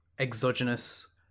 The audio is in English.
exogenous